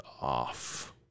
off